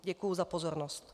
Děkuji za pozornost.